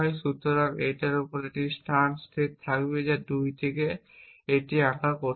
সুতরাং আমার এখানে একটি স্টেটের স্থান থাকবে 2 এটি আঁকা কঠিন